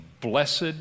blessed